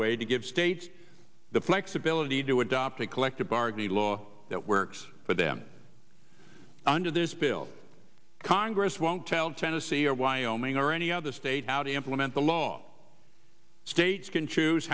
way to give states the flexibility to adopt a collective bargaining law that works for them under this bill congress won't tell tennessee or wyoming or any other state how to implement the law states can choose